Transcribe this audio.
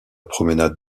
promenade